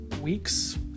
week's